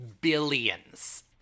billions